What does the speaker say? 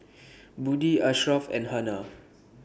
Budi Ashraf and Hana